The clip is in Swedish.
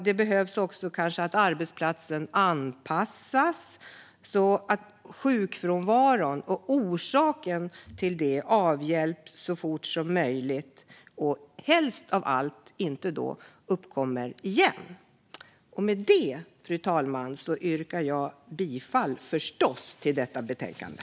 Eller också kan arbetsplatsen behöva anpassas så att sjukfrånvaron och orsaken till den avhjälps så fort som möjligt och helst av allt inte uppkommer igen. Med det, fru talman, yrkar jag bifall - förstås - till förslaget i detta betänkande.